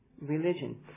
religion